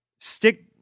stick